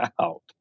out